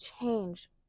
change